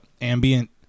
ambient